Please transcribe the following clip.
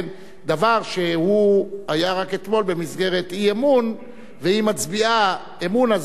דבר שהוא היה רק אתמול במסגרת אי-אמון והיא מצביעה אמון,